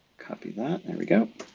copy that, there we go.